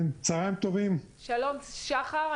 שלום שחר.